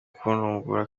kuntungura